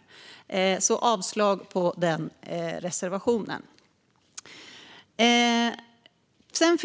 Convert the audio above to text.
Jag yrkar därför avslag på den reservationen. Tyvärr